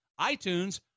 iTunes